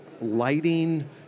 lighting